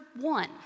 one